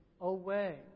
away